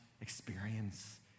experience